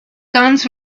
guns